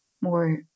more